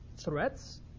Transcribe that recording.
Threats